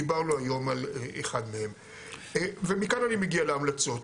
דיברנו היום על אחד מהם ומכאן אני מגיע להמלצות.